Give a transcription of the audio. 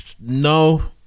No